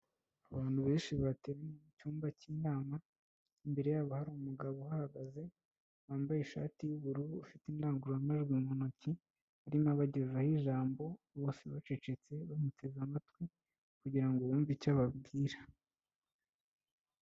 Abantu benshi bateraniye mu cyumba cy'inama, imbere yabo hari umugabo uhahagaze, wambaye ishati y'ubururu ufite indangurumajwi mu ntoki, arimo abagezaho ijambo bose bacecetse bamuteze amatwi, kugira ngo bumve icyo ababwira.